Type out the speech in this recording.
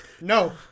No